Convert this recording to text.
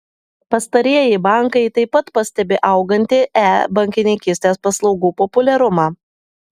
pastarieji bankai taip pat pastebi augantį e bankininkystės paslaugų populiarumą